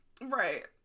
Right